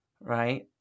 right